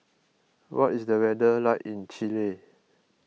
what is the weather like in Chile